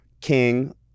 king